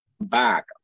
back